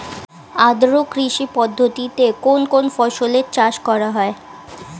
আদ্র কৃষি পদ্ধতিতে কোন কোন ফসলের চাষ করা হয়?